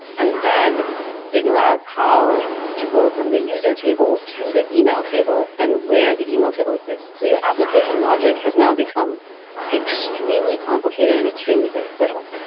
and then figure out how to go from the user table to the email table and where the email table exists. so your application logic has now become extremely complicated and extremely but brittle.